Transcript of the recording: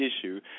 issue